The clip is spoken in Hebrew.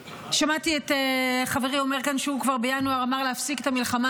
שמעתי את חברי אומר כאן שהוא כבר בינואר אמר להפסיק את המלחמה.